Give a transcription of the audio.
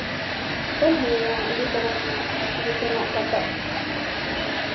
ᱵᱟᱹᱧ ᱦᱤᱲᱤᱧᱟ ᱤᱫᱤ ᱛᱟᱨᱟᱭᱟᱹᱧ ᱦᱟᱸᱜ ᱡᱚᱛᱚᱱᱟᱜ ᱥᱟᱯᱟᱯ